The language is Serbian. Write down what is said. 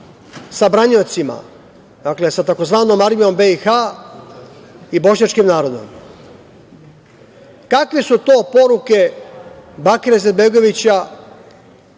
sa braniocima, dakle sa tzv. armijom BiH i bošnjačkim narodom. Kakve su to poruke Bakira Izetbegovića